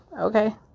okay